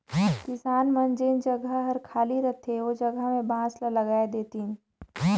किसान मन जेन जघा हर खाली रहथे ओ जघा में बांस ल लगाय देतिन